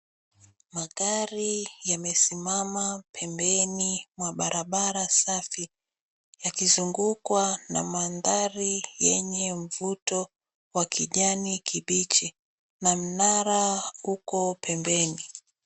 Magari yamesimama pembeni mwa barabara safi yakizungukwa na maandhari yenye mvuto wa kijani kibichi na mnara uko pembeni.